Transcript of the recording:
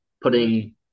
putting